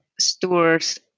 stores